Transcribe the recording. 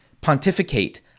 pontificate